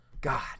God